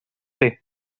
chi